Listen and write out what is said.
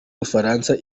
bufaransa